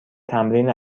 تمرین